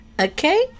okay